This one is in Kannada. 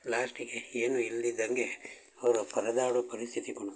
ಲಾಸ್ಟಿಗೆ ಏನೂ ಇಲ್ಲದಿದ್ದಂಗೆ ಅವರು ಪರದಾಡೋ ಪರಿಸ್ಥಿತಿಗಳು